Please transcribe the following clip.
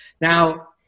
Now